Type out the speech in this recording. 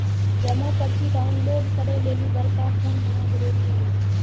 जमा पर्ची डाउनलोड करे लेली बड़का फोन होना जरूरी हुवै छै